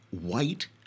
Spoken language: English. white